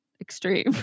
extreme